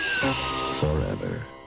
forever